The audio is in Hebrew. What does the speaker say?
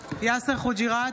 חוג'יראת,